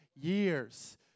years